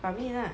banh mi lah